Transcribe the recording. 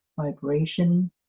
vibration